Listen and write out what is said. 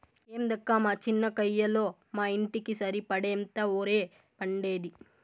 ఏందక్కా మా చిన్న కయ్యలో మా ఇంటికి సరిపడేంత ఒరే పండేది